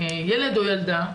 ילד או ילדה,